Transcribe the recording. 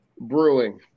brewing